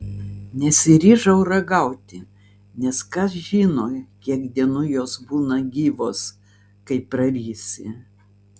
nesiryžau ragauti nes kas žino kiek dienų jos būna gyvos kai prarysi